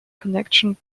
connection